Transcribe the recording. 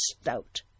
stout